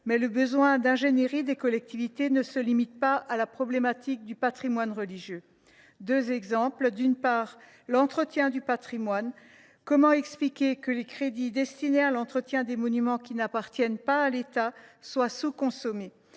le besoin d’ingénierie des collectivités ne se limite pas à la problématique du patrimoine religieux. Prenons deux exemples. Le premier a trait à l’entretien du patrimoine. Comment expliquer que les crédits destinés à l’entretien des monuments qui n’appartiennent pas à l’État soient sous consommés,